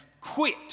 quit